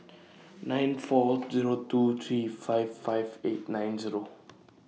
nine four Zero two three five five eight nine Zero